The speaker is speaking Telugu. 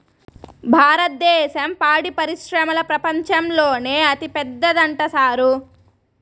భారద్దేశం పాడి పరిశ్రమల ప్రపంచంలోనే అతిపెద్దదంట సారూ